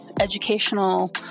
educational